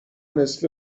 نصف